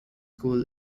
school